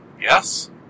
yes